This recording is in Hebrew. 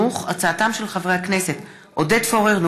בהצעתם של חברי הכנסת עודד פורר,